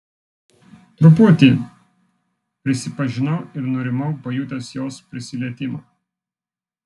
truputį prisipažinau ir nurimau pajutęs jos prisilietimą